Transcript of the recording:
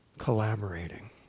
Collaborating